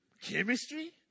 Chemistry